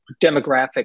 demographic